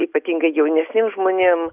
ypatingai jaunesniem žmonėm